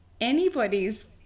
anybody's